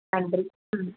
நன்றி ம்